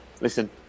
listen